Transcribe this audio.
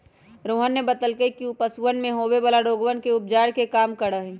रोहन ने बतल कई कि ऊ पशुवन में होवे वाला रोगवन के उपचार के काम करा हई